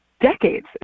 decades